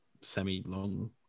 semi-long